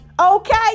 Okay